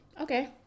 Okay